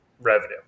revenue